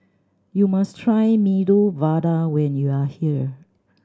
you must try Medu Vada when you are here